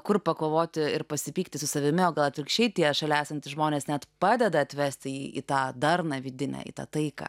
kur pakovoti ir pasipykti su savimi o gal atvirkščiai tie šalia esantys žmonės net padeda atvesti į tą darną vidinę taiką